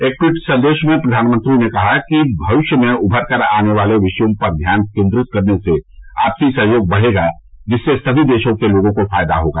एक ट्वीट संदेश में प्रधानमंत्री नरेंद्र मोदी ने कहा कि भविष्य में उभर कर आने वाले विषयों पर ध्यान केंद्रीत करने से आपसी सहयोग बढ़ेगा जिससे सभी देशों के लोगों को फायदा होगा